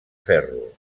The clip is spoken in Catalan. ferro